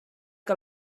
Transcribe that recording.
que